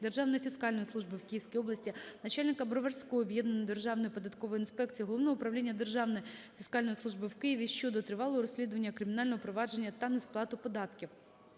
державної фіскальної служби у Київській області, начальника Броварської об'єднаної державної податкової інспекції Головного управління Державної фіскальної служби в Києві щодо тривалого розслідування кримінального провадження та несплату податків.